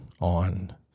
on